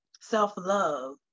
self-love